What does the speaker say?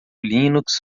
linux